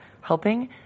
helping